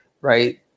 right